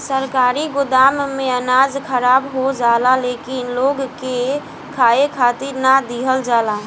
सरकारी गोदाम में अनाज खराब हो जाला लेकिन लोग के खाए खातिर ना दिहल जाला